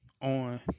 On